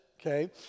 okay